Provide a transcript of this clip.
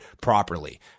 properly